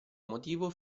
motivo